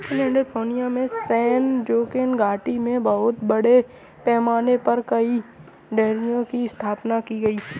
California की San Joaquin घाटी में बहुत बड़े पैमाने पर कई डेयरियों की स्थापना की गई है